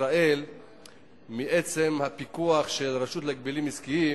ישראל מעצם הפיקוח של הרשות להגבלים עסקיים,